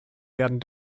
werden